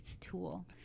tool